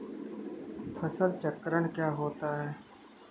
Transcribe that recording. फसल चक्रण क्या होता है?